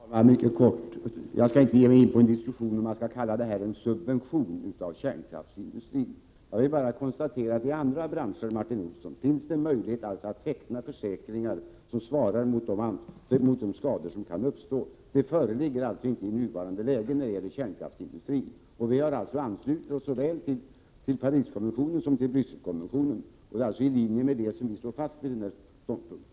Herr talman! Mycket kort: Jag skall inte ge mig in på en diskussion om huruvida man kan kalla detta för en subvention av kärnkraftsindustrin utan bara konstatera att det i andra branscher, Martin Olsson, finns möjligheter att teckna försäkringar som svarar mot de skador som kan uppstå. Samma förhållande föreligger inte i nuvarande läge när det gäller kärnkraftsindustrin. Sverige har, som jag redan framhållit, anslutit sig till såväl Pariskonventionen som Brysselkonventionen, och det är i linje därmed som utskottet står fast vid sin ståndpunkt.